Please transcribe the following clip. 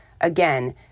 Again